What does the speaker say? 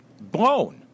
blown